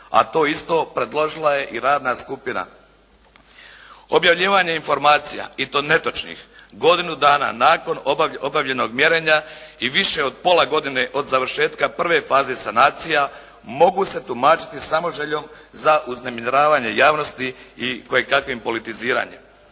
a to isto predložila je i radna skupina. Objavljivanje informacija i to netočnih godinu dana nakon obavljenog mjerenja i više od pola godine od završetka prve faze sanacija mogu se tumačiti samo željom za uznemiravanje javnosti i kojekakvim politiziranjem.